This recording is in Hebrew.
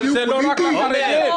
זה לא רק חרדים.